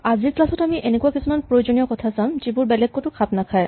আজিৰ ক্লাচত আমি এনেকুৱা কিছুমান প্ৰয়োজনীয় কথা চাম যিবোৰ বেলেগ ক'তো খাপ নাখায়